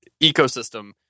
ecosystem